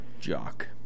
Jock